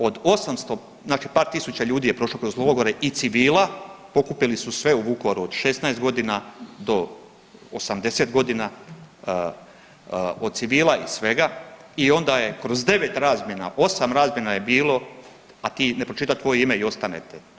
Od 800, znači par tisuća ljudi je prošlo kroz logore i civila, pokupili su sve u Vukovaru od 16.g. do 80.g., od civila i svega i onda je kroz 9 razmjena, 8 razmjena je bilo, a ti, ne pročita tvoje ime i ostanete.